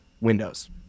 windows